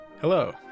Hello